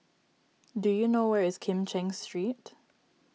do you know where is Kim Cheng Street